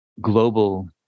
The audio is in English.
global